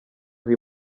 aho